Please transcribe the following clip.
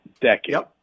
decade